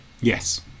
Yes